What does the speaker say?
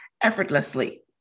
effortlessly